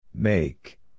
Make